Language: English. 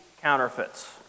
counterfeits